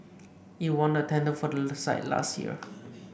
it won the tender for that site last year